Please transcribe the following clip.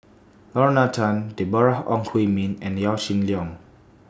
Lorna Tan Deborah Ong Hui Min and Yaw Shin Leong